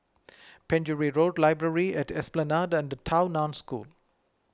Penjuru Road Library at Esplanade and Tao Nan School